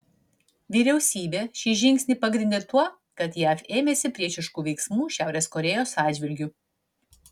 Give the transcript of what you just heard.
vyriausybė šį žingsnį pagrindė tuo kad jav ėmėsi priešiškų veiksmų šiaurės korėjos atžvilgiu